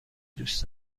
دوست